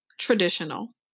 traditional